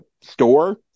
store